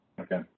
Okay